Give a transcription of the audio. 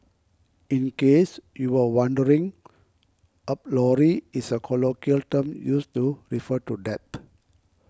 in case you were wondering Up lorry is a colloquial term used to refer to death